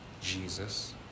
Jesus